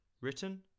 written